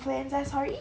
influenza sorry